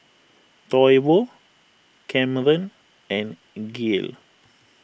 Toivo Camren and Gael